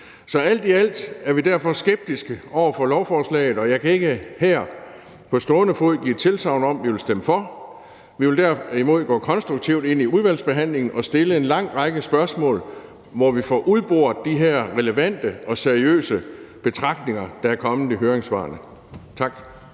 Så alt i alt er vi derfor skeptiske over for lovforslaget, og jeg kan ikke her på stående fod give tilsagn om, at vi vil stemme for det. Vi vil derimod gå konstruktivt ind i udvalgsbehandlingen og stille en lang række spørgsmål, hvor vi får udboret de her relevante og seriøse betragtninger, der er kommet i høringssvarene. Tak.